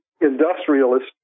industrialist